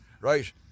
right